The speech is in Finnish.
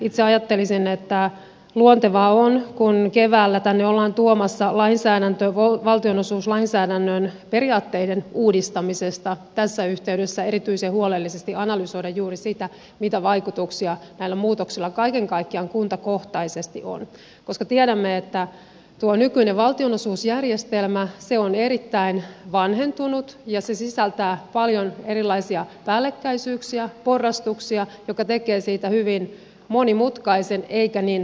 itse ajattelisin että luontevaa on kun keväällä tänne ollaan tuomassa lainsäädäntö valtionosuuslainsäädännön periaatteiden uudistamisesta tässä yhteydessä erityisen huolellisesti analysoida juuri sitä mitä vaikutuksia näillä muutoksilla kaiken kaikkiaan kuntakohtaisesti on koska tiedämme että tuo nykyinen valtionosuusjärjestelmä on erittäin vanhentunut ja se sisältää paljon erilaisia päällekkäi syyksiä porrastuksia mikä tekee siitä hyvin monimutkaisen eikä niin läpinäkyvän